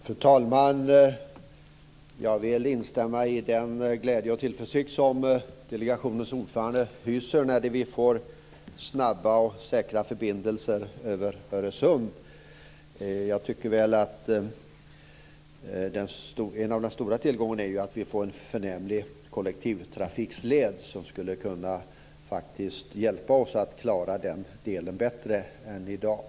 Fru talman! Jag vill instämma i den glädje och tillförsikt som delegationens ordförande hyser när vi nu får snabba och säkra förbindelser över Öresund. Jag tycker att en av de stora tillgångarna är att vi får en förnämlig kollektivtrafikled, som faktiskt skulle kunna hjälpa oss att klara kollektivtrafiken bättre än i dag.